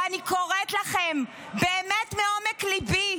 אני קוראת לכם באמת מעומק ליבי: